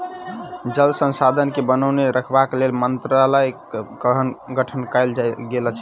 जल संसाधन के बनौने रखबाक लेल मंत्रालयक गठन कयल गेल अछि